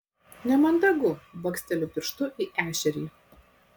nemandagu baksteliu pirštu į ešerį